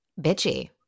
Bitchy